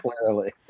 clearly